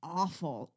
awful